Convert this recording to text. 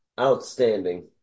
outstanding